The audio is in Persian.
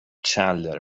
چندلر